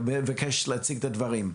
אני אציג את הדברים.